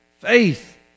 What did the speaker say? faith